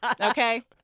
Okay